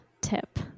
tip